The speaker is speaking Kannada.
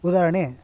ಉದಾಹರಣೆ